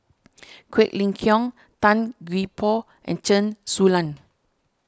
Quek Ling Kiong Tan Gee Paw and Chen Su Lan